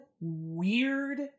weird